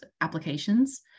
applications